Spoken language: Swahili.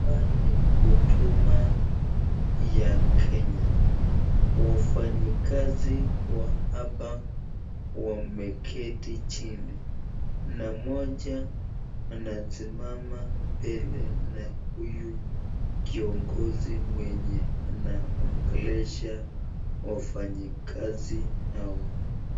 Hapa ni huduma ya kenya wafanyikazi wa hapa wameketi chini na moja amesimama mbele na huyu kiongozi mwenye anaongelesha wafanyikazi hawa.